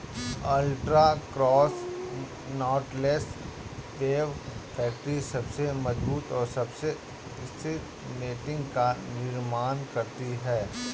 ultra cross knotless web factory सबसे मजबूत और सबसे स्थिर नेटिंग का निर्माण करती है